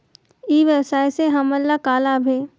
ई व्यवसाय से हमन ला का लाभ हे?